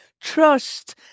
trust